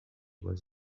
was